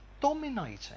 dominating